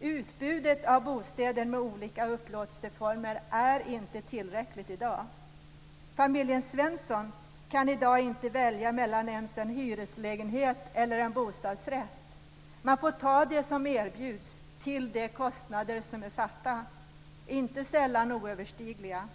Utbudet av bostäder med olika upplåtelseformer är inte tillräckligt i dag. Familjen Svensson kan i dag inte välja ens mellan en hyreslägenhet eller bostadsrätt. Man får ta det som erbjuds till de kostnader som är satta - inte sällan oöverstigliga.